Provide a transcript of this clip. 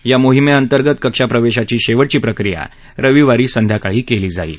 या मोहिमेअंतर्गत कक्षाप्रवेशाची शेवटची प्रक्रिया रविवारी संध्याकाळी केली जाईल